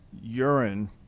urine